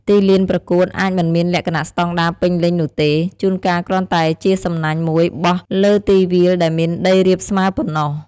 ទីលានប្រកួតអាចមិនមានលក្ខណៈស្តង់ដារពេញលេញនោះទេ ជួនកាលគ្រាន់តែជាសំណាញ់មួយបោះលើទីវាលដែលមានដីរាបស្មើប៉ុណ្ណោះ។